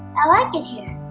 i like it here.